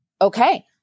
Okay